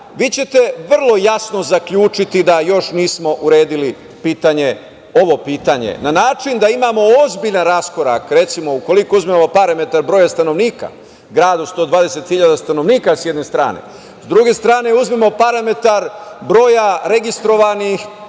vi ćete vrlo jasno zaključiti da još nismo uredili ovo pitanje na način da imamo ozbiljan raskorak. Recimo, u koliko uzmemo parametar broja stanovnika, gradu od 120 hiljada stanovnika, sa jedne strane. Sa druge strane uzmemo parametar broja registrovanih